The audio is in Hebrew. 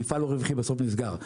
מפעל לא רווחי בסוף נסגר,